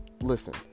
listen